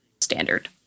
standard